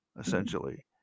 essentially